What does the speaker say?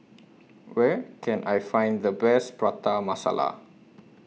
Where Can I Find The Best Prata Masala